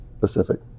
Pacific